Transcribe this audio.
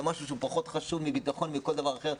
משהו שפחות חשוב מביטחון או מכל דבר אחר,